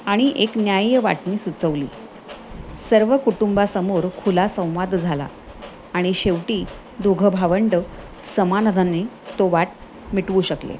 आणि एक न्याय्य वाटणी सुचवली सर्व कुटुंबासमोर खुला संवाद झाला आणि शेवटी दोघं भावंडं समाधानाने तो वाद मिटवू शकले